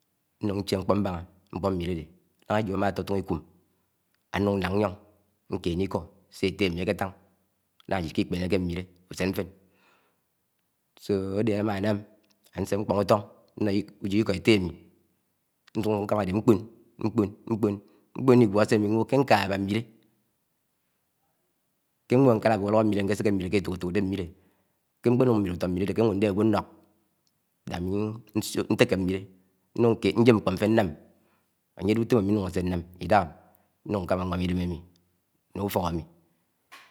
ñún ñche ṉḱpo̱ mbáhá nḱpo̱ m̃milé áde náhá ejo̱ ámá ñtọto̱ho̱ ikúm. Anu̱n ñlák ñyọn ñyọn ñkeṉe iko̱ sé étte̱ ami, áké tán. Náhá ajid, ikipeneke mmile úsén ṉfe̱n so ade áma anam ami ñse ñkpo̱n uto̱n nọ újọ iko̱ etté ami nsuk mmo̱ nkámá áḍe ṇkpo̱n, nkpo̱n nkpo̱n ñkpo̱n ñligwọ se ami nwo̱ ke nkãha ába mmile, ke nwo̱ nkálá aba uto̱ mmile ñkéséke mwile ké ẽto̱k eto̱k, de nwile ke ṉkpeṉuk ṉwili uto̱ ṉwile ade oke owo, nde agwo̱ nlo̱k, da ámi ntéke mwile nyem nkpo̱ nfer nṉám, ánye áde utóm ami nse̱ke̱ ñnam jdahami ṉkámá ñwa̱m ĩdem omi ńńe̱ ufo̱k ámi